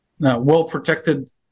well-protected